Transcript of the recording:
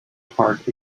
park